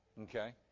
Okay